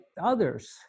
others